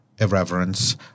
irreverence